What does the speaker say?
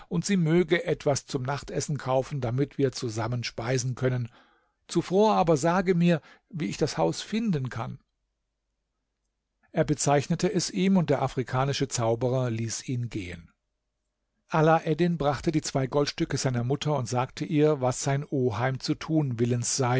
und sie möge etwas zum nachtessen kaufen damit wir zusammen speisen können zuvor aber sage mir wie ich das haus finden kann er bezeichnete es ihm und der afrikanische zauberer ließ ihn gehen alaeddin brachte die zwei goldstücke seiner mutter und sagte ihr was sein oheim zu tun willens sei